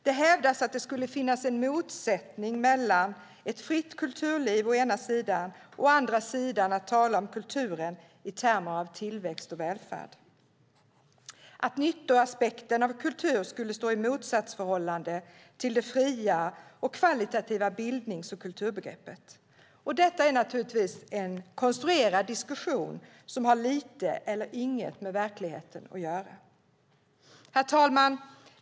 Det hävdas att det skulle finnas en motsättning mellan å ena sidan ett fritt kulturliv och å andra sidan att tala om kulturen i termer av tillväxt och välfärd, att nyttoaspekten av kultur skulle stå i ett motsatsförhållande till det fria och kvalitativa bildnings och kulturbegreppet. Detta är naturligtvis en konstruerad diskussion som har lite eller inget med verkligheten att göra. Herr talman!